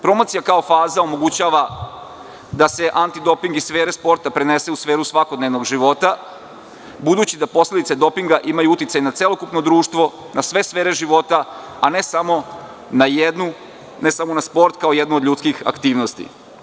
Promocija kao faza omogućava da se antidoping iz sfere sporta prenese u sferu svakodnevnog života, budući da posledice dopinga imaju uticaj ne celokupno društvo, na sve sfere života, a ne samo na jednu, ne samo na sport kao jedno od ljudskih aktivnosti.